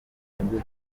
nkumbuye